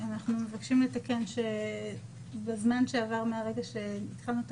אנחנו מבקשים לומר שבזמן שעבר מהרגע שהתחלנו את